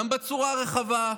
גם בצורה רחבה,